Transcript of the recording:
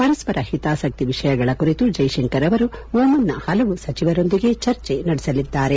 ಪರಸ್ಪರ ಹಿತಾಸಕ್ತಿಯ ವಿಷಯಗಳ ಕುರಿತು ಜೈಶಂಕರ್ ಅವರು ಓಮನ್ನ ಹಲವು ಸಚಿವರೊಂದಿಗೆ ಚರ್ಚೆ ನಡೆಸಲಿದ್ದಾರೆ